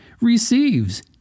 receives